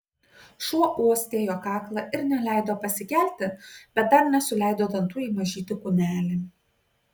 šuo uostė jo kaklą ir neleido pasikelti bet dar nesuleido dantų į mažytį kūnelį